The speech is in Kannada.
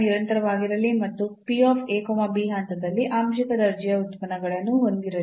ನಿರಂತರವಾಗಿರಲಿ ಮತ್ತು ಹಂತದಲ್ಲಿ ಆಂಶಿಕ ದರ್ಜೆಯ ಉತ್ಪನ್ನಗಳನ್ನು ಹೊಂದಿರಲಿ